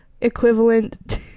equivalent